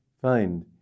find